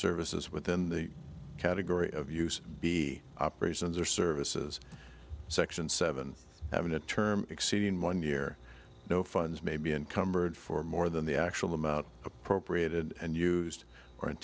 services within the category of use be operations or services section seven having a term exceeding one year no funds may be encumbered for more than the actual amount appropriate and used